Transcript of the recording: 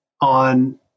on